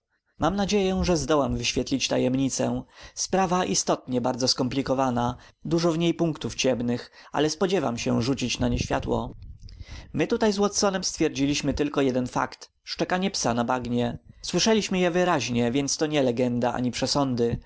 mam nadzieję że zdołam wyświetlić tajemnicę sprawa istotnie bardzo skomplikowana dużo w niej punktów ciemnych ale spodziewam się rzucić na nie światło my tutaj z watsonem stwierdziliśmy tylko jeden fakt szczekanie psa na bagnie słyszeliśmy je wyraźnie więc to nie legenda ani przesądy